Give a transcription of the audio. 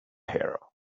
hero